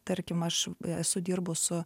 tarkim aš esu dirbu su